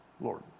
Lord